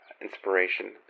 inspiration